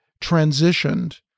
transitioned